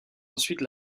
ensuite